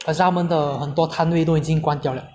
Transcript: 而下他们的很多摊位都已经关掉了